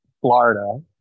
florida